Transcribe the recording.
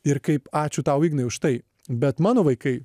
ir kaip ačiū tau ignai už tai bet mano vaikai